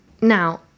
Now